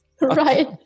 Right